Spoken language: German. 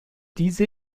diese